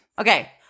Okay